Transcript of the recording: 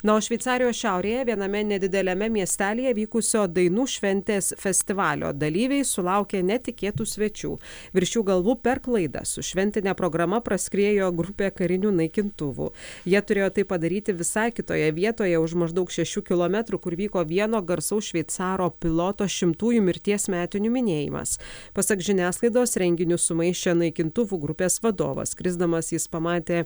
na o šveicarijos šiaurėje viename nedideliame miestelyje vykusio dainų šventės festivalio dalyviai sulaukė netikėtų svečių virš jų galvų per klaidą su šventine programa praskriejo grupė karinių naikintuvų jie turėjo tai padaryti visai kitoje vietoje už maždaug šešių kilometrų kur vyko vieno garsaus šveicaro piloto šimtųjų mirties metinių minėjimas pasak žiniasklaidos renginius sumaišė naikintuvų grupės vadovas skrisdamas jis pamatė